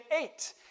eight